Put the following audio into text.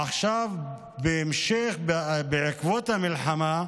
עכשיו בהמשך, בעקבות המלחמה,